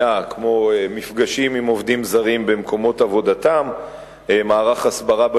אכן מבוסס על סקר מלכודות שנעשה ברשות הטבע והגנים